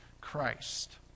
Christ